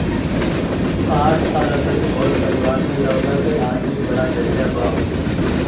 काठ आ लकड़ी बहुत परिवार में लौना के आज भी बड़ा जरिया बा